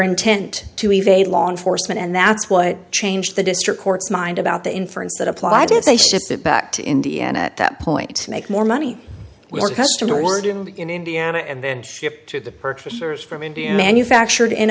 intent to evade law enforcement and that's what changed the district court's mind about the inference that applied if they shipped it back to indiana at that point to make more money we were customer origin in indiana and then shipped to the purchasers from india manufactured in